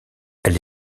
elle